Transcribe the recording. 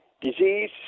disease